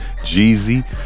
Jeezy